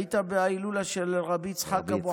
היית בהילולה של רבי יצחק אבוחצירא.